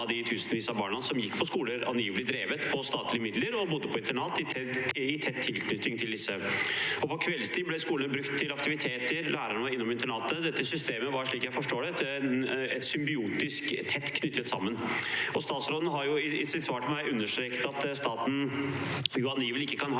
av de tusenvis av barna som gikk på skoler angivelig drevet med statlige midler, og som bodde på internat i tett tilknytning til disse. På kveldstid ble skolene brukt til aktiviteter, og lærerne var innom internatet. Dette systemet var, slik jeg forstår det, symbiotisk og tett knyttet sammen. Statsråden har i sitt svar til meg understreket at staten angivelig ikke kan ha